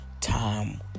time